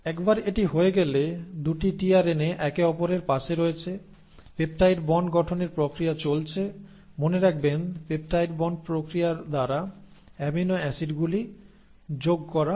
একবার এটি হয়ে গেলে দুটি টিআরএনএ একে অপরের পাশে রয়েছে পেপটাইড বন্ড গঠনের প্রক্রিয়া চলবে মনে রাখবেন পেপটাইড বন্ড প্রক্রিয়ার দ্বারা অ্যামিনো অ্যাসিডগুলি যোগ করা হয়